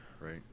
Right